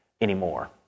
anymore